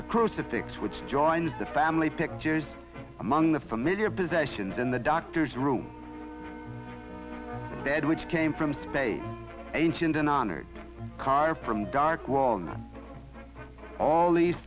the crucifix which joins the family pictures among the familiar possessions in the doctor's room bed which came from space ancient an honored car from dark walnut all these